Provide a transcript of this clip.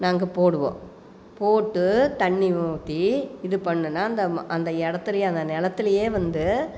நாங்கள் போடுவோம் போட்டு தண்ணி ஊற்றி இது பண்ணுன்னா அந்த இடத்துலே அந்த நிலத்துலேயே வந்து